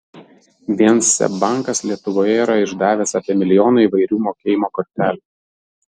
vien seb bankas lietuvoje yra išdavęs apie milijoną įvairių mokėjimo kortelių